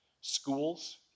Schools